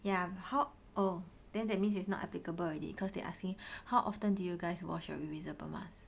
yeah how oh then that means is not applicable already cause they asking how often do you guys wash your reusable mask